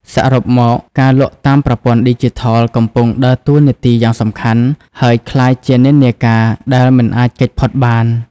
សរុបមក ការលក់តាមប្រព័ន្ធឌីជីថលកំពុងដើរតួនាទីយ៉ាងសំខាន់ ហើយក្លាយជានិន្នាការដែលមិនអាចគេចផុតបាន។